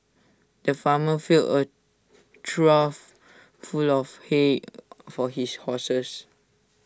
the farmer filled A trough full of hay for his horses